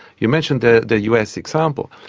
you mentioned the the us example.